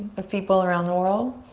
of people around the world.